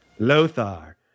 Lothar